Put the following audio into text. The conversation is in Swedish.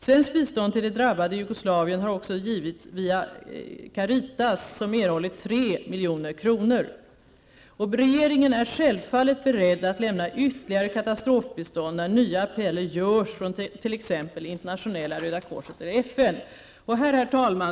Svenskt bistånd till de drabbade i Jugoslavien har också givits via Caritas, som erhållit 3 milj.kr. Regeringen är självfallet beredd att lämna ytterligare katastrofbistånd när nya appeller görs från t.ex. Internationella Röda korset eller FN. Herr talman!